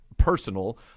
personal